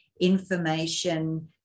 information